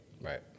Right